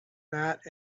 night